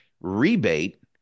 rebate